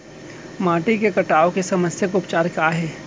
माटी के कटाव के समस्या के उपचार काय हे?